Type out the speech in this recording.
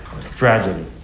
strategy